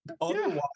otherwise